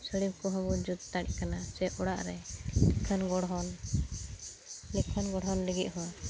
ᱥᱟᱹᱲᱤᱢ ᱠᱚ ᱦᱚᱸ ᱵᱚᱱ ᱡᱩᱛ ᱫᱟᱲᱮᱭᱟᱜ ᱠᱟᱱᱟ ᱥᱮ ᱚᱲᱟᱜ ᱨᱮ ᱞᱤᱠᱷᱚᱱ ᱜᱚᱲᱦᱚᱱ ᱞᱤᱠᱷᱚᱱ ᱜᱚᱲᱦᱚᱱ ᱞᱟᱹᱜᱤᱫ ᱦᱚᱸ